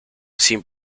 sin